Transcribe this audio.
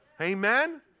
Amen